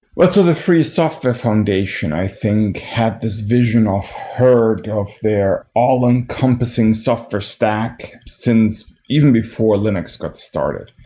but so the free software foundation i think had this vision of herd of their all encompassing software stack since even before linux got started.